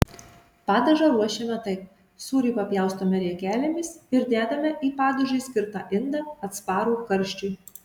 padažą ruošiame taip sūrį papjaustome riekelėmis ir dedame į padažui skirtą indą atsparų karščiui